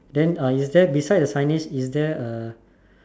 then uh is there beside the signage is there a